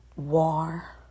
war